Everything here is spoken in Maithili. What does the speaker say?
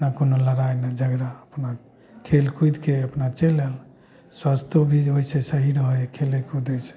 कोनो लड़ाइ नहि झगड़ा अपना खेल कुदिके अपना चली आयल स्वस्थो भी होइ छै जे सही रहै हइ खेलै कुदै से